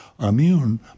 Immune